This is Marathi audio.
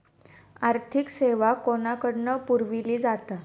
आर्थिक सेवा कोणाकडन पुरविली जाता?